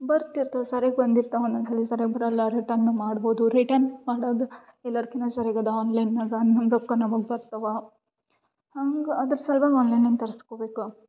ಬರ್ತಿರ್ತಾವೆ ಸರ್ಯಾಗಿ ಬಂದಿರ್ತಾವೆ ಒಂದೊಂಸದು ಸಲ ಸರ್ಯಾಗಿ ಬರೋಲ್ಲ ರಿಟನ್ ಮಾಡ್ಬೋದು ರಿಟನ್ ಮಾಡೋದು ಎಲ್ಲರ್ಕಿನ್ನ ಸರಿಗದಾ ಆನ್ಲೈನ್ನಾಗ ನಮ್ಮ ರೊಕ್ಕ ನಮ್ಗೆ ಬರ್ತವೆ ಹಂಗೆ ಅದ್ರ ಸಲ್ವಾಗಿ ಆನ್ಲೈನ್ನಾಗ ತರಿಸ್ಕೋಬೇಕು